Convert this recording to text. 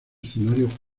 escenario